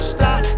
Stop